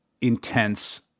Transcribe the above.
intense